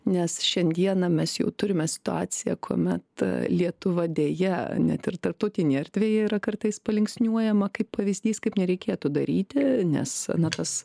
nes šiandieną mes jau turime situaciją kuomet lietuva deja net ir tarptautinėje erdvėje yra kartais linksniuojama kaip pavyzdys kaip nereikėtų daryti nes ne tas